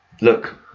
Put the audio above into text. Look